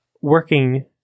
working